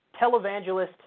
televangelist